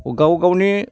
गाव गावनि